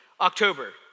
October